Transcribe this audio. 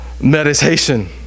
meditation